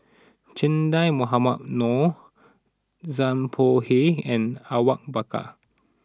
Che Dah Mohamed Noor Zhang Bohe and Awang Bakar